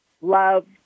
love